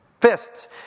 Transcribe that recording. Fists